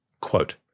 Quote